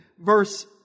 verse